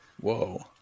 Whoa